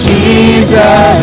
Jesus